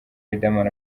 riderman